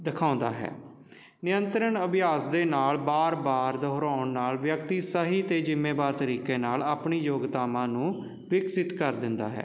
ਦਿਖਾਉਂਦਾ ਹੈ ਨਿਯੰਤਰਨ ਅਭਿਆਸ ਦੇ ਨਾਲ ਬਾਰ ਬਾਰ ਦੁਹਰਾਉਣ ਨਾਲ ਵਿਅਕਤੀ ਸਹੀ ਅਤੇ ਜਿੰਮੇਵਾਰ ਤਰੀਕੇ ਨਾਲ ਆਪਣੀ ਯੋਗਤਾਵਾਂ ਨੂੰ ਵਿਕਸਿਤ ਕਰ ਦਿੰਦਾ ਹੈ